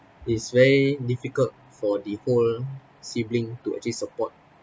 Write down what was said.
is very difficult for the whole sibling to actually support